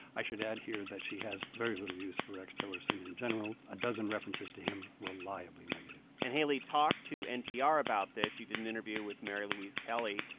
i should add here that she has very little use for rex tillerson in general a dozen references to him reliably negative and haley talked to npr about this. she did an interview with mary louise kelly.